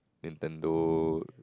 Nintendo